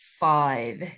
five